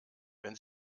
wenn